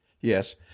Yes